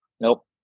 Nope